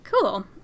Cool